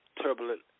turbulent